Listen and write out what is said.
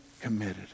committed